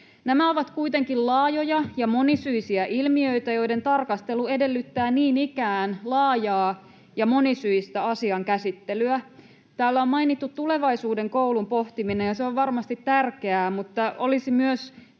Nämä ovat kuitenkin laajoja ja monisyisiä ilmiöitä, joiden tarkastelu edellyttää niin ikään laajaa ja monisyistä asian käsittelyä. Täällä on mainittu tulevaisuuden koulun pohtiminen, ja se on varmasti tärkeää, mutta olisi myös